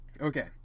Okay